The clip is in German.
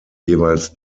jeweils